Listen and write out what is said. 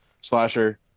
Slasher